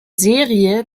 serie